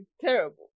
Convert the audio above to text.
Terrible